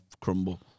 crumble